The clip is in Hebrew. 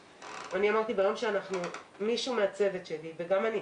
אני אמרתי שביום שמישהו מהצוות שלי, וגם אני,